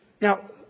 Now